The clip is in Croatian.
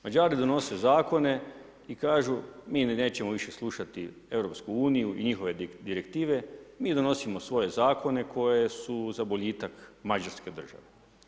Mađari donose zakone i kažu mi nećemo više slušati EU i njihove direktive, mi donosimo svoje zakone koji su za boljitak mađarske države.